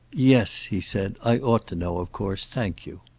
yes, he said. i ought to know, of course. thank you.